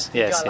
yes